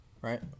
right